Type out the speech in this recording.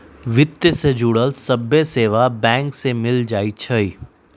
वित्त से जुड़ल सभ्भे सेवा बैंक में मिल जाई छई